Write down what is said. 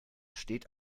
steht